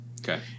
Okay